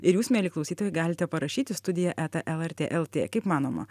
ir jūs mieli klausytojai galite parašyti studija eta lrt lt kaip manoma